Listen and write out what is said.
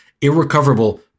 irrecoverable